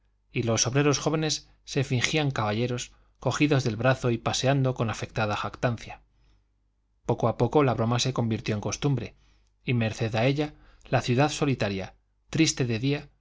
y los obreros jóvenes se fingían caballeros cogidos del brazo y paseando con afectada jactancia poco a poco la broma se convirtió en costumbre y merced a ella la ciudad solitaria triste de día